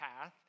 path